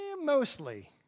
mostly